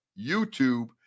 YouTube